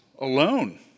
alone